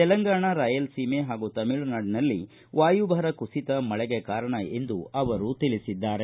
ತೆಲಂಗಾಣ ರಾಯಲ್ಸೀಮೆ ಹಾಗೂ ತಮಿಳುನಾಡಿನಲ್ಲಿ ವಾಯುಭಾರ ಕುಸಿತ ಮಳೆಗೆ ಕಾರಣ ಎಂದು ಅವರು ತಿಳಿಸಿದ್ದಾರೆ